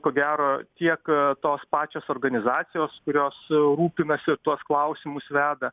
ko gero tiek tos pačios organizacijos kurios rūpinasi ir tuos klausimus veda